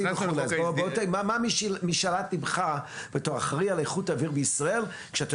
מה משאלת ליבך בתור האחראי על האוויר הנקי בישראל,